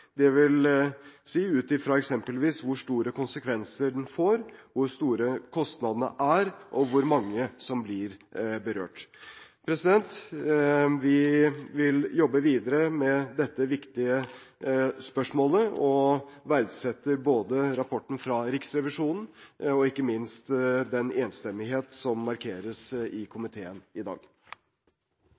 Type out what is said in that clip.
si ut fra eksempelvis hvor store konsekvenser den får, hvor store kostnadene er, og hvor mange som blir berørt. Vi vil jobbe videre med dette viktige spørsmålet og verdsetter både rapporten fra Riksrevisjonen og ikke minst den enstemmighet som markeres i komiteen i dag.